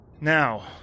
Now